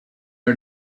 are